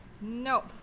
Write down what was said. Nope